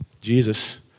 Jesus